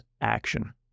action